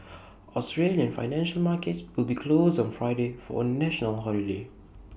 Australian financial markets will be closed on Friday for A national holiday